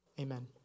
Amen